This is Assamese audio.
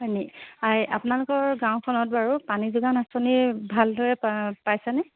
হয়নি আপোনালোকৰ গাঁওখনত বাৰু পানী যোগান আঁচনি ভালদৰে পাইছেনে